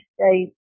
state